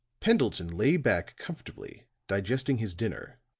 pendleton lay back comfortably digesting his dinner,